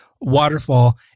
waterfall